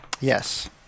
Yes